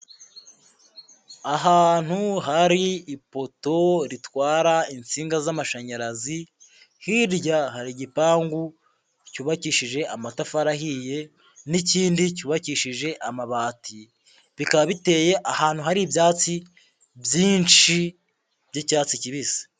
Ahantu hari ipoto ritwara insinga z'amashanyarazi, hirya hari igipangu cyubakishije amatafari ahiye n'ikindi cyubakishije amabati, bikaba biteye ahantu hari ibyatsi byinshi by'icyatsi kibisi.